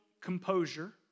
composure